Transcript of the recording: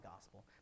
gospel